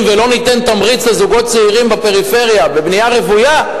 ולא ניתן תמריץ לזוגות צעירים בפריפריה בבנייה רוויה,